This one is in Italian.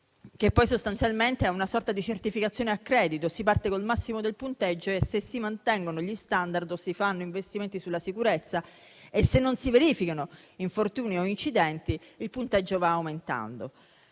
che poi sostanzialmente è una sorta di certificazione-a credito: si parte con il massimo del punteggio e se si mantengono gli *standard* o si fanno investimenti sulla sicurezza e se non si verificano infortuni o incidenti, il punteggio va aumentando.